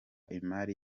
imari